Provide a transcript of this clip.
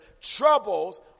troubles